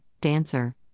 dancer